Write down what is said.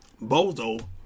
Bozo